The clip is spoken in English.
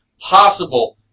possible